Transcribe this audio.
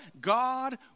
God